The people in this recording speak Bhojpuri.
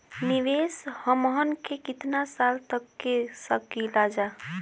निवेश हमहन के कितना साल तक के सकीलाजा?